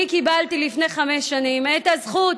אני קיבלתי לפני חמש שנים את הזכות